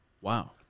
Wow